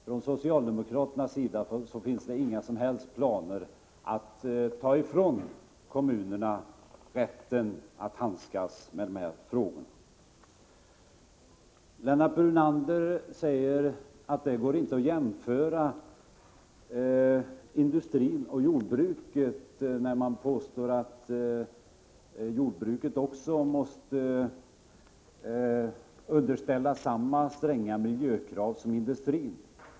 Från socialdemokraternas sida finns det inga som helst planer på att ta ifrån kommunerna rätten att handlägga dessa frågor. Med anledning av påståendet att jordbruket måste underställas samma stränga miljökrav som industrin säger Lennart Brunander att det inte går att jämföra industrin och jordbruket.